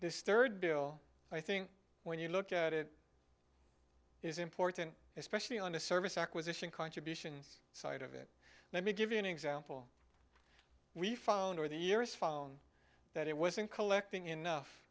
this third bill i think when you look at it is important especially on a service acquisition contributions side of it let me give you an example we found over the years found that it wasn't collecting enough